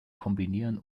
kombinieren